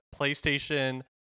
PlayStation